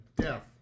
death